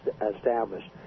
established